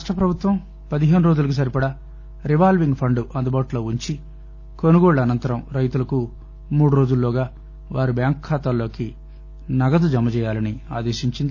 రాష్ట్రప్రభుత్వం పదిహేను రోజులకు సరిపడా రివాల్వింగ్ ఫండ్ అందుబాటులో ఉంచి కొనుగోళ్ల అనంతరం రైతులకు మూడురోజుల్లోగా వారి బ్యాంకు ఖాతాల్లోకి నగదు జమచేయాలని ఆదేశించింది